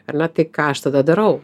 ar ne tai ką aš tada darau